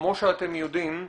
כמו שאתם יודעים,